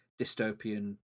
dystopian